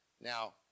Now